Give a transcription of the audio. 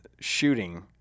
shooting